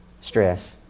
stress